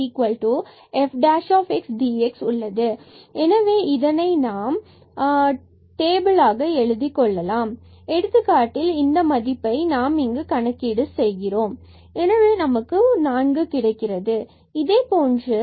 உள்ளது எனவே இதனை நாம் டேபிள் ஆக எழுதிக்கொள்ளலாம் இந்த எடுத்துக்காட்டில் இதன் மதிப்பை நாம் கணக்கிட செய்கிறோம் y y f x 2x முதலில் 1 1 f